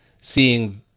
seeing